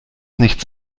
nichts